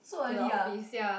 so early ah